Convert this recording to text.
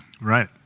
Right